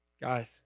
Guys